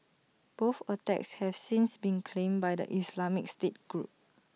both attacks have since been claimed by the Islamic state group